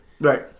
Right